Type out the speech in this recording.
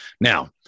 Now